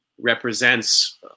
represents